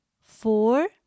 four